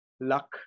luck